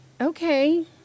okay